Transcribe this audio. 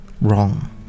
wrong